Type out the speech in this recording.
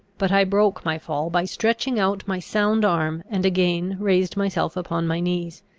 but i broke my fall by stretching out my sound arm, and again raised myself upon my knees.